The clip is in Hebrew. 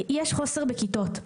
יש חוסר בכיתות.